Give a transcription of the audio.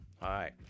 Hi